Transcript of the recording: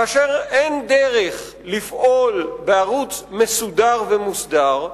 כאשר אין דרך לפעול בערוץ מסודר ומוסדר,